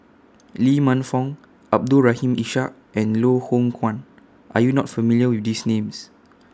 Lee Man Fong Abdul Rahim Ishak and Loh Hoong Kwan Are YOU not familiar with These Names